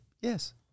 Yes